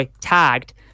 tagged